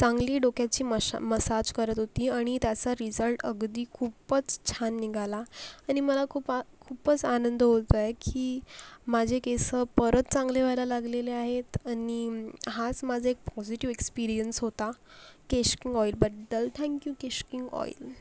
चांगली डोक्याची मशा मसाज करत होती आणि त्याचा रिझल्ट अगदी खूपच छान निघाला आणि मला खूप आ खूपच आनंद होत आहे की माझे केस परत चांगले व्हायला लागलेले आहेत आणि हाच माझा एक पॉजिटिव एक्सपीरियंस होता केश किंग ऑईलबद्दल थँक्यू केश किंग ऑईल